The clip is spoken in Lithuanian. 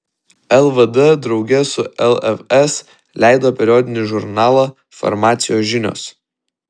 lvd drauge su lfs leido periodinį žurnalą farmacijos žinios